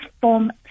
form